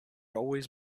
always